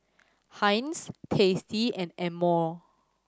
Heinz Tasty and Amore